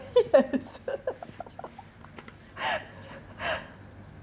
yes